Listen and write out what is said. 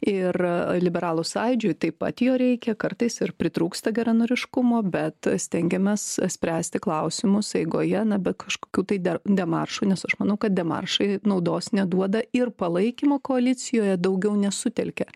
ir liberalų sąjūdžiui taip pat jo reikia kartais ir pritrūksta geranoriškumo bet stengiamės spręsti klausimus eigoje na be kažkokių tai der demaršų nes aš manau kad demaršai naudos neduoda ir palaikymo koalicijoje daugiau nesutelkia